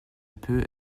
peu